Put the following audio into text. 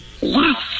Yes